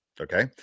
okay